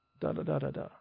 Da-da-da-da-da